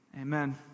Amen